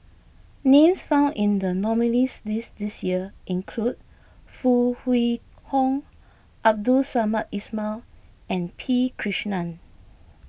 names found in the nominees' list this year include Foo Kwee Horng Abdul Samad Ismail and P Krishnan